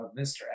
Mr